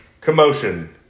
Commotion